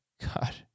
God